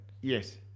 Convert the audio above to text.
Yes